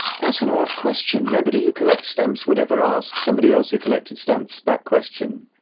that's an odd question. nobody who collects stamps would ever ask somebody else who collected stamps that question.